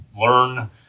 learn